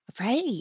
Right